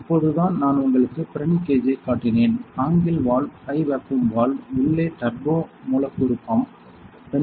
இப்போதுதான் நான் உங்களுக்கு பிரணி கேஜ் ஐக் காட்டினேன் angle valve high vacuum valve உள்ளே டர்போ மூலக்கூறு பம்ப்